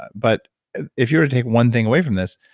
but if you were to take one thing away from this,